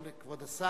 שלום לכבוד השר.